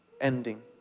ending